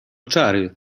czary